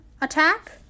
attack